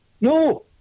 No